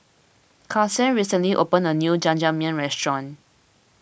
Karson recently opened a new Jajangmyeon restaurant